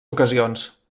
ocasions